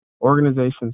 organizations